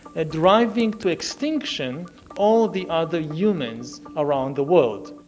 ah driving to extinction all the other humans around the world